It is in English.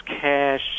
cash